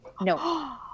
No